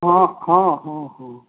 हॅं